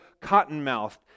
cotton-mouthed